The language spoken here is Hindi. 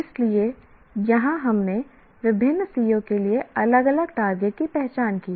इसलिए यहां हमने विभिन्न CO के लिए अलग अलग टारगेट की पहचान की है